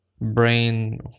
Brain